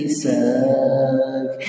suck